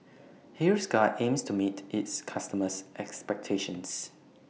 Hiruscar aims to meet its customers' expectations